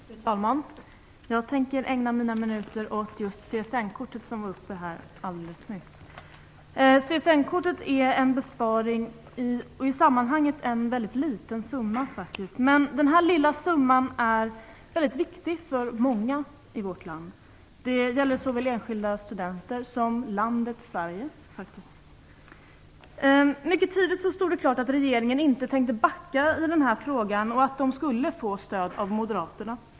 Fru talman! Jag tänker ägna mina minuter åt CSN kortet, som berördes här alldeles nyss. Slopandet av CSN-kortet är en besparing som i sammanhanget ger en väldigt liten summa. Men den lilla summan är mycket viktig för många i vårt land. Det gäller såväl enskilda studenter som landet Sverige. Mycket tidigt stod det klart att regeringen inte tänkte backa i den här frågan och att den skulle få stöd av Moderaterna.